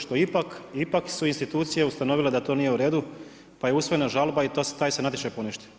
Što ipak, ipak su institucije ustanovile da to nije u redu, pa je usvojena žalba i to se, taj se natječaj poništio.